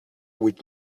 with